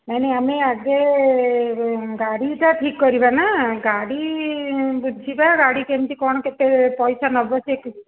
ନାଇଁ ନାଇଁ ଆମେ ଆଗେ ଗାଡ଼ିଟା ଠିକ୍ କରିବାନା ଗାଡ଼ି ବୁଝିବା ଗାଡ଼ି କେମିତି କ'ଣ କେତେ ପଇସା ନେବ ସେ